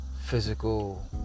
physical